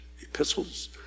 epistles